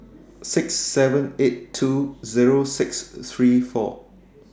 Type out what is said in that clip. six seven eight two Zero six three four